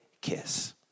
kiss